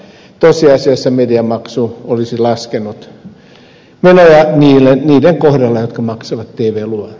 tosiasiassa mediamaksu olisi laskenut menoja niiden kohdalla jotka maksavat tv luvan